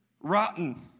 rotten